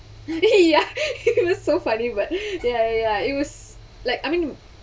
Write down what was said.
ya if it was so funny but ya ya it was like I mean